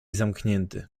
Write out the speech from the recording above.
zamknięty